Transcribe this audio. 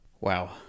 Wow